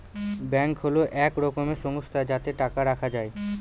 bank হল এক রকমের সংস্থা যাতে টাকা রাখা যায়